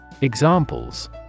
Examples